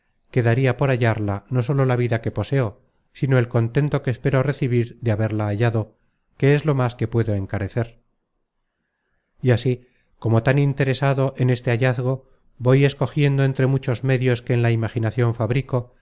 daria por hallarla no sólo la vida que poseo sino el contento que espero recebir de haberla hallado que es lo más que puedo encarecer y así como tan interesado en este hallazgo voy escogiendo entre muchos medios que en la imaginacion fabrico